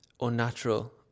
unnatural